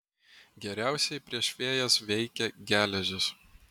geriausiai prieš fėjas veikia geležis